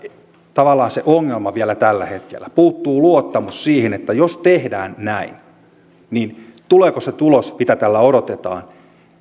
tavallaan se ongelma vielä tällä hetkellä puuttuu luottamus siihen että jos tehdään näin niin tuleeko se tulos mitä tällä odotetaan